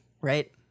right